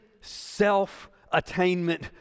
self-attainment